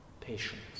Patience